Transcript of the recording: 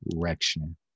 direction